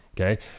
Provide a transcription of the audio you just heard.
okay